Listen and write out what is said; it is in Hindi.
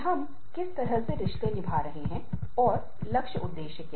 इसका मतलब है कि लोग रोजाना सीमा पार करते हैं और वह भी तकनीक की मदद से